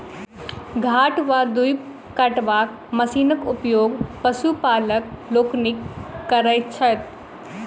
घास वा दूइब कटबाक मशीनक उपयोग पशुपालक लोकनि करैत छथि